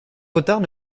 retards